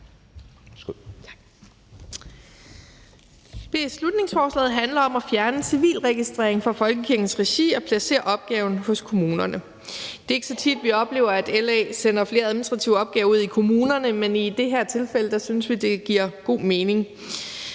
Beslutningsforslaget handler om at fjerne civilregistrering fra folkekirkens regi og placere opgaven hos kommunerne. Det er ikke så tit, vi oplever, at LA sender flere administrative opgaver ud i kommunerne, men i det her tilfælde synes vi, det giver god mening.